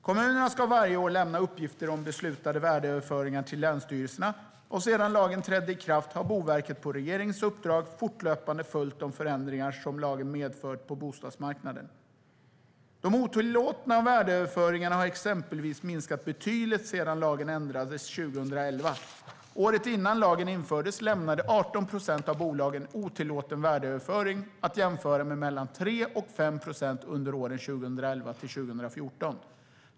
Kommunerna ska varje år lämna uppgifter om beslutade värdeöverföringar till länsstyrelserna, och sedan lagen trädde i kraft har Boverket på regeringens uppdrag fortlöpande följt de förändringar som lagen medfört på bostadsmarknaden. De otillåtna värdeöverföringarna har exempelvis minskat betydligt sedan lagen ändrades 2011. Året innan lagen infördes lämnade 18 procent av bolagen otillåten värdeöverföring att jämföra med mellan 3 och 5 procent under åren 2011-2014.